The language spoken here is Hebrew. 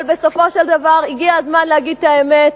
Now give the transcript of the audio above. אבל בסופו של דבר הגיע הזמן להגיד את האמת,